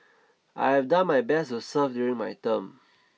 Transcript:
I have done my best to serve during my term